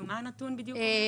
מה הנתון בדיוק אומר?